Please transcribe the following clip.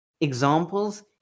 Examples